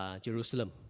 Jerusalem